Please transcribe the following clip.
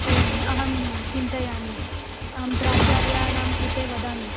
एवम् अहं चिन्तयामि अहं प्राचार्याणां कृते वदामि